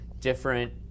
different